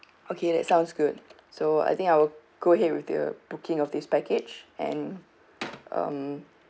okay that sounds good so I think I will go ahead with the booking of this package and um